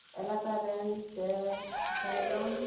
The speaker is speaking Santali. ᱮᱞᱟᱠᱟ ᱨᱮᱱ ᱥᱮ ᱡᱷᱟᱲᱜᱨᱟᱢ